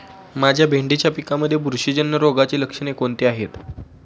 माझ्या भेंडीच्या पिकामध्ये बुरशीजन्य रोगाची लक्षणे कोणती आहेत?